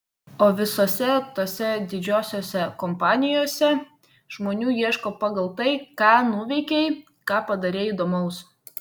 o visose tose didžiosiose kompanijose žmonių ieško pagal tai ką nuveikei ką padarei įdomaus